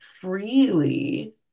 freely